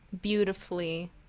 beautifully